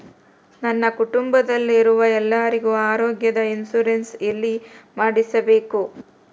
ನನ್ನ ಕುಟುಂಬದಲ್ಲಿರುವ ಎಲ್ಲರಿಗೂ ಆರೋಗ್ಯದ ಇನ್ಶೂರೆನ್ಸ್ ಎಲ್ಲಿ ಮಾಡಿಸಬೇಕು?